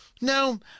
no